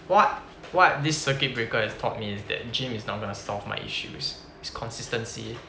what what this circuit breaker has taught me is that gym is not gonna solve my issues it's consistency